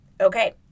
Okay